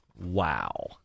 Wow